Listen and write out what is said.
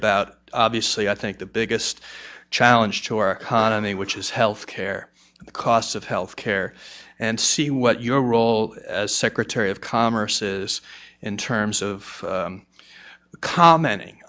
about obviously i think the biggest challenge to our economy which is health care and the cost of health care and see what your role as secretary of commerce is in terms of commenting